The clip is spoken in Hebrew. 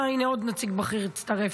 אהה, הינה עוד נציג בכיר הצטרף.